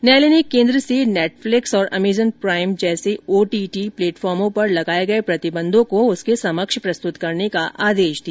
न्यायालय ने केंद्र से नेटफ्लिक्स और अमेजन प्राइम जैसे ओटीटी प्लेटफार्मों पर लगाए गए प्रतिबंधों को उसके समक्ष प्रस्तूत करने का आदेश दिया